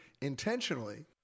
intentionally